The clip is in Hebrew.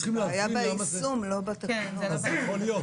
הבעיה ביישום ולא בתקנות יכול להיות.